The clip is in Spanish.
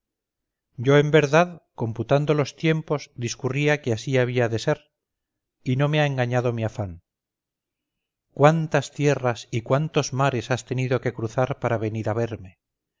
yo en verdad computando los tiempos discurría que así había de ser y no me ha engañado mi afán cuántas tierras y cuántos mares has tenido que cruzar para venir a verme